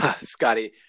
Scotty